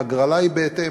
ההגרלה היא בהתאם,